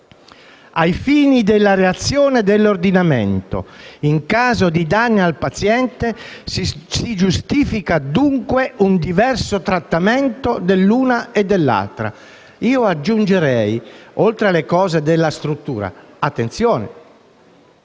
Ai fini della reazione dell'ordinamento, in caso di danni al paziente, si giustifica, dunque, un diverso trattamento dell'una e dell'altro». Io aggiungerei, oltre alle cose della struttura, che